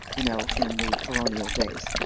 you know, in the colonial days.